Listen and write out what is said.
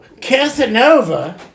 Casanova